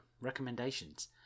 recommendations